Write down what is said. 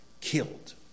killed